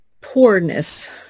poorness